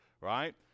right